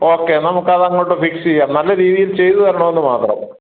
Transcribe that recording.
okay നമുക്ക് അത് അങ്ങോട്ട് ഫിക്സ് ചെയ്യാം നല്ല രീതിയിൽ ചെയ്ത് തരണം എന്ന് മാത്രം